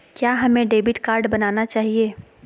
क्या हमें debit card बनाना चाहिए?